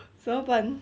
怎么办